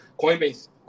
Coinbase